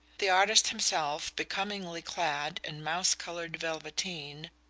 the artist himself, becomingly clad in mouse-coloured velveteen,